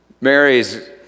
Mary's